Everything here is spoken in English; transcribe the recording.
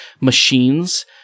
machines